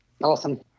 Awesome